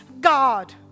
God